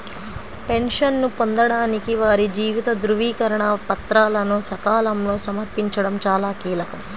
పెన్షన్ను పొందడానికి వారి జీవిత ధృవీకరణ పత్రాలను సకాలంలో సమర్పించడం చాలా కీలకం